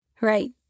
Right